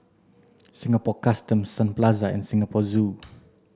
Singapore Customs Sun Plaza and Singapore Zoo